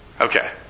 Okay